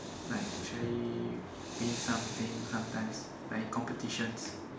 like actually win something some times like in competitions